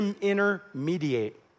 intermediate